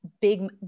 big